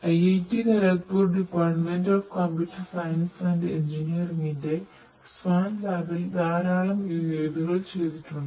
IIT Kharagpur Department of Computer Science and Engineering ന്റ്റെ swan lab ൽ ധാരാളം UAV കൾ ചെയ്തിട്ടുണ്ട്